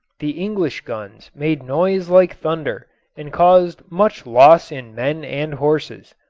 the english guns made noise like thunder and caused much loss in men and horses.